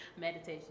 Meditation